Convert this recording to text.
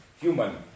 human